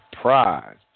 prize